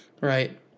right